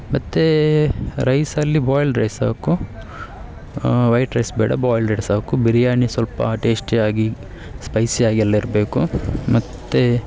ಮತ್ತು ರೈಸಲ್ಲಿ boiled rice ಸಾಕು ವೈಟ್ ರೈಸ್ ಬೇಡ ಬಾಯ್ಲ್ಡ್ ರೈಸ್ ಸಾಕು ಬಿರ್ಯಾನಿ ಸ್ವಲ್ಪ ಟೇಶ್ಟಿಯಾಗಿ ಸ್ಪೈಸಿಯಾಗೆಲ್ಲ ಇರಬೇಕು ಮತ್ತು